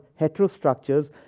heterostructures